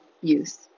use